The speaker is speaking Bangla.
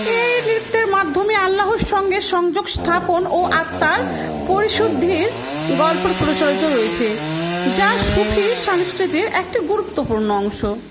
এই নৃত্যের মাধ্যমে আল্লাহর সঙ্গে সংযোগ স্থাপন ও আত্মার পরিশুদ্ধির গল্প প্রচলিত রয়েছে যা সুফি সংস্কৃতির একটি গুরুত্বপূর্ণ অংশ